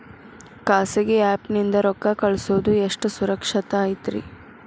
ಖಾಸಗಿ ಆ್ಯಪ್ ನಿಂದ ರೊಕ್ಕ ಕಳ್ಸೋದು ಎಷ್ಟ ಸುರಕ್ಷತಾ ಐತ್ರಿ?